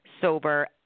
sober